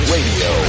Radio